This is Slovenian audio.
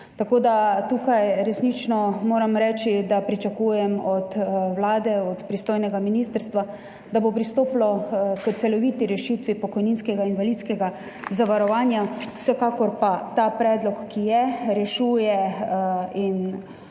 Tukaj resnično moram reči, da pričakujem od Vlade, od pristojnega ministrstva, da bo pristopilo k celoviti rešitvi pokojninskega in invalidskega zavarovanja, vsekakor pa ta predlog rešuje in